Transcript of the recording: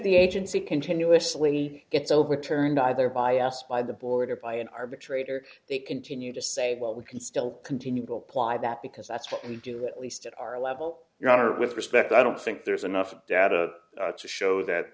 the agency continuously gets overturned either by asked by the border by an arbitrator they continue to say well we can still continue to apply that because that's what we do at least at our level your honor with respect i don't think there's enough data to show that